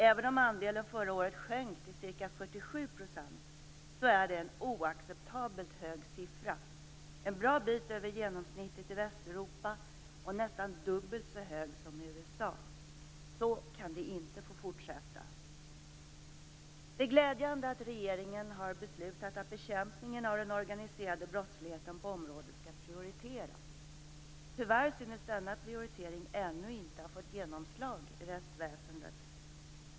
Även om andelen förra året sjönk till ca 47 % är det en oacceptabelt hög siffra - en bra bit över genomsnittet i Västeuropa och nästan dubbelt så hög som i USA. Så kan det inte få fortsätta. Det är glädjande att regeringen har beslutat att bekämpningen av den organiserade brottsligheten på området skall prioriteras. Tyvärr synes denna prioritering ännu inte ha fått genomslag i rättsväsendet.